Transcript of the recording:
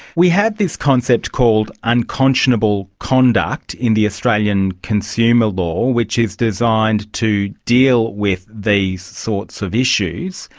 we have this concept called unconscionable conduct in the australian consumer law which is designed to deal with these sorts of issues.